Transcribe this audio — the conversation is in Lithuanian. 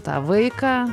tą vaiką